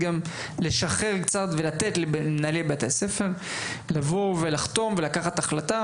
ולשחרר קצת ולתת למנהלי בתי הספר לחתום ולקחת החלטות,